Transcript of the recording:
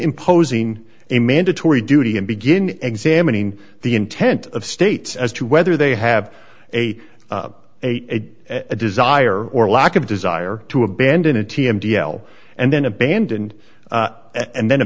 imposing a mandatory duty and begin examining the intent of states as to whether they have a a a a desire or a lack of desire to abandon a t m d l and then abandoned and then